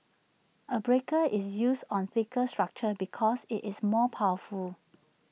A breaker is used on thicker structures because IT is more powerful